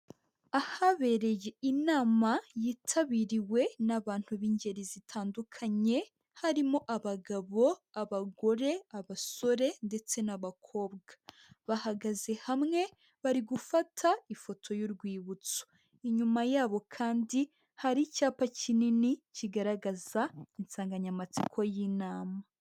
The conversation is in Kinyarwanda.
Ahabereye inama yitabiriwe n'abantu b'ingeri zitandukanye harimo: abagabo, abagore, abasore ndetse n'abakobwa, bahagaze hamwe bari gufata ifoto y'urwibutso. Inyuma yabo kandi hari icyapa kinini kigaragaza insanganyamatsiko y'inama.